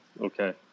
Okay